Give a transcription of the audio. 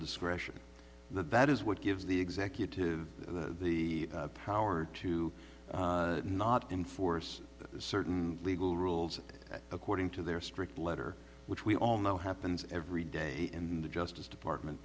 discretion the bet is what gives the executive the power to not enforce certain legal rules according to their strict letter which we all know happens every day in the justice department